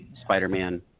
Spider-Man